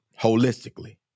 holistically